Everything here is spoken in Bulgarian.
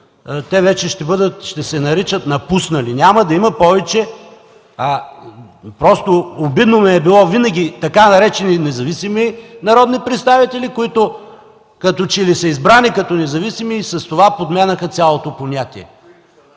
Те вече ще се наричат напуснали, няма да има повече... Винаги ми е било обидно така наречените „независими” народни представители, които, като че ли са избрани като независими и с това подменяха цялото понятие.